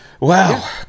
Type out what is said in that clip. wow